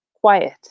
Quiet